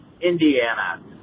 Indiana